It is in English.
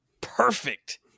perfect